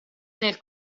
nel